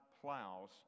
plows